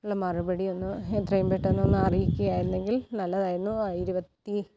മറുപടിയൊന്ന് എത്രയും പെട്ടന്നൊന്ന് അറിയിക്കയാണെങ്കിൽ നല്ലതായിരുന്നു ഇരുപത്തി